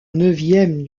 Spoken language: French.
neuvième